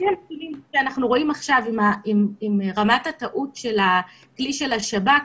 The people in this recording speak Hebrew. לפי הנתונים שאנחנו רואים עכשיו עם רמת הטעות של הכלי של השב"כ,